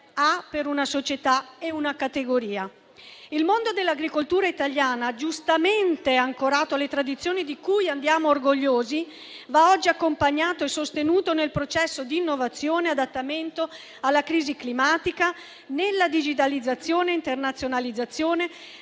Il mondo dell'agricoltura italiana, giustamente ancorato alle tradizioni di cui andiamo orgogliosi, va oggi accompagnato e sostenuto nel processo di innovazione e adattamento alla crisi climatica, nella digitalizzazione e nell'internazionalizzazione,